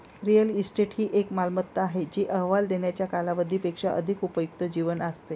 real estate ही एक मालमत्ता आहे जी अहवाल देण्याच्या कालावधी पेक्षा अधिक उपयुक्त जीवन असते